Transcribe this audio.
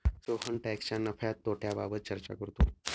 सोहन टॅक्सच्या नफ्या तोट्याबाबत चर्चा करतो